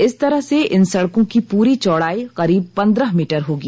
इस तरह से इन सड़कों की पूरी चौड़ाई करीब पंद्रह मीटर होगी